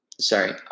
sorry